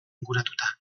inguratuta